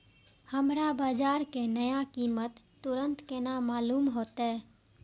हमरा बाजार के नया कीमत तुरंत केना मालूम होते?